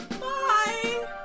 Bye